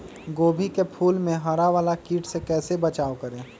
गोभी के फूल मे हरा वाला कीट से कैसे बचाब करें?